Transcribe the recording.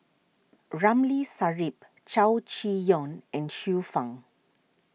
Ramli Sarip Chow Chee Yong and Xiu Fang